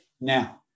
Now